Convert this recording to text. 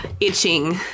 itching